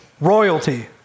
royalty